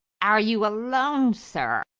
are you alone, sir?